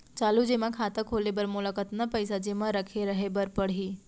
चालू जेमा खाता खोले बर मोला कतना पइसा जेमा रखे रहे बर पड़ही?